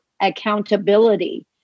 accountability